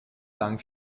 dank